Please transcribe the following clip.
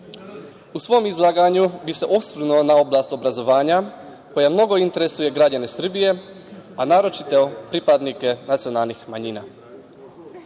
svom izlaganju bi se osvrnuo na oblast obrazovanja koja mnogo interesuje građane Srbije, a naročito pripadnike nacionalnih manjina.